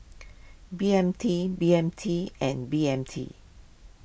B M T B M T and B M T